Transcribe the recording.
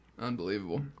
Unbelievable